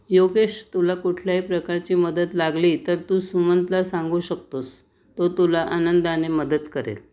योगेश तुला कुठल्याही प्रकारची मदत लागली तर तू सुमंतला सांगू शकतोस तो तुला आनंदाने मदत करेल